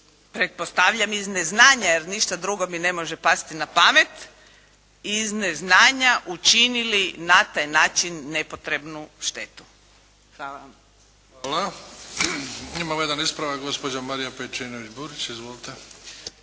pretpostavljam iz neznanja jer ništa drugo mi ne može pasti na pamet, iz neznanja učinili na taj način nepotrebnu štetu. Hvala vam. **Bebić, Luka (HDZ)** Hvala. Imamo jedan ispravak, gospođa Marija Pejčinović Burić. Izvolite.